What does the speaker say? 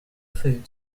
food